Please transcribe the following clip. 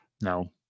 no